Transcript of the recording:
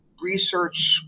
research